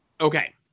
Okay